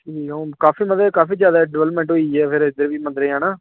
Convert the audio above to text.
ठीक ऐ हुन काफी मतलब काफी ज्यादा डवैल्पमेंट होई गेई ऐ फिर इद्धर बी मंदरें च है ना